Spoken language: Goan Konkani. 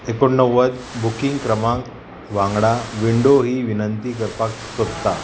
एकुणणव्वद बुकींग क्रमांक वांगडा विंडो ही विनंती करपाक सोदता